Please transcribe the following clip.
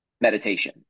meditation